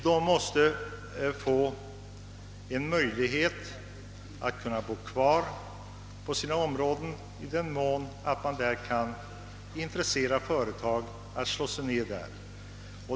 Denna befolkning måste få möjligheter att bo kvar i sina hemorter genom att man intresserar företag att etablera sig där.